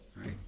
right